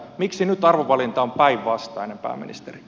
miksi nyt arvovalinta on päinvastainen pääministeri